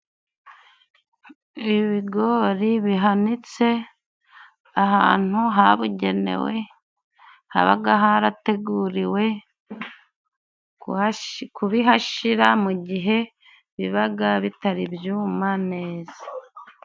Ibigori bihanitse ahantu habugenewe, haba harateguriwe kubihashyira, mu gihe biba bitari byuma neza.